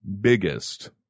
biggest